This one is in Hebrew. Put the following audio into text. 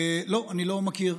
לא, אני לא מכיר.